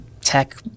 tech